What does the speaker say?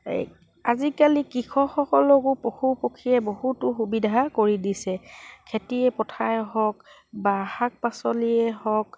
এই আজিকালি কৃষকসকলকো পশু পক্ষীয়ে বহুতো সুবিধা কৰি দিছে খেতি পথাৰ হওক বা শাক পাচলিয়ে হওক